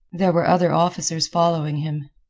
there were other officers following him.